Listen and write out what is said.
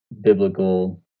biblical